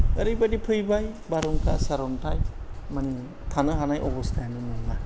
ओरैबादि फैबाय बारहुंखा सारन्थाय माने थानो हानाय अबस्थायानो नङा